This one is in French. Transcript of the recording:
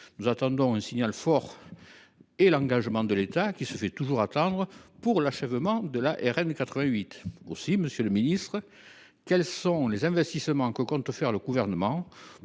nous attendons un signal fort de l’engagement de l’État – il se fait toujours attendre –, pour achever la RN 88. Aussi, monsieur le ministre, quels investissements compte faire le Gouvernement